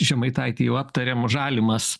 žemaitaitį jau aptarėm žalimas